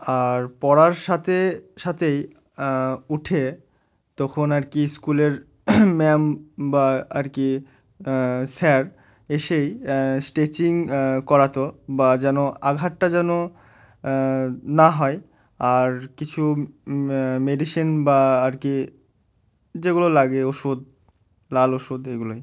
আর পড়ার সাথে সাথেই উঠে তখন আর কি স্কুলের ম্যাম বা আর কি স্যার এসেই স্ট্রেচিং করাতো বা যেন আঘাতটা যেন না হয় আর কিছু মে মেডিসিন বা আর কি যেগুলো লাগে ওষুধ লাল ওষুধ এগুলোই